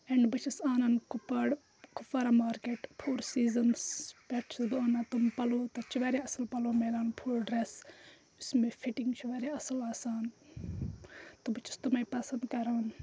and بہٕ چھَس اَنان کُپر کُپوارہ مارکیٹ فور سیٖزَنَس پٮ۪ٹھ چھَس بہٕ اَنان تم پَلو تَتھ چھِ واریاہ اَصٕل پَلو ملان فُل ڈرٛٮ۪س یُس مےٚ فِٹِنٛگ چھُ واریاہ اَصٕل آسان تہٕ بہٕ چھَس تٕمَے پَسَنٛد کَران